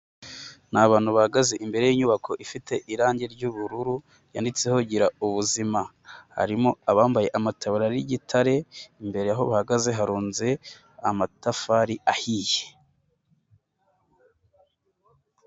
Ni abantu bahagaze imbere y'inyubako ifite irangi ry'ubururu yanditseho girubuzima, harimo abambaye amataburira y'igitare, imbere aho bahagaze harunze amatafari ahiye.